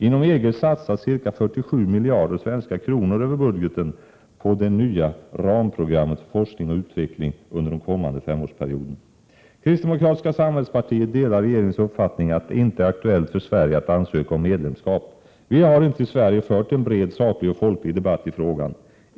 Inom EG satsas ca 47 miljarder svenska kronor över budgeten på det nya ramprogrammet för forskning och utveckling under den kommande femårsperioden. Kristdemokratiska samhällspartiet delar regeringens uppfattning att det inte är aktuellt för Sverige att ansöka om medlemskap. Vi har inte i Sverige fört en bred, saklig och folklig debatt i frågan.